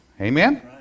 Amen